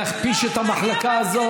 יש איזשהו רצון להכפיש את המחלקה הזאת.